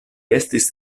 estis